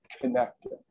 connecting